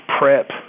prep